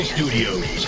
Studios